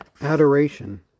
Adoration